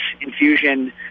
infusion